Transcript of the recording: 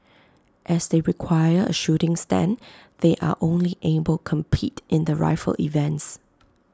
as they require A shooting stand they are only able compete in the rifle events